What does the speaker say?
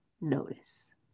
notice